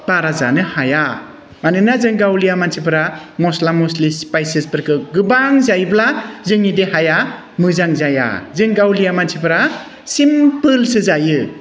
बारा जानो हाया मानोना जों गावलिया मानसिफोरा मस्ला मस्लि स्पाइसेसफोरखौ गोबां जायोब्ला जोंनि देहाया मोजां जाया जों गावलिया मानसिफोरा सिम्पोलसो जायो